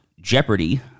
Jeopardy